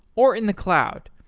or in the cloud.